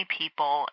people